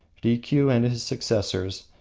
rikiu and his successors,